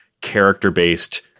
character-based